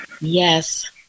Yes